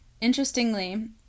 Interestingly